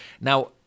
Now